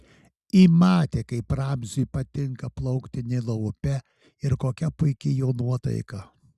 ji matė kaip ramziui patinka plaukti nilo upe ir kokia puiki jo nuotaika